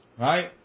Right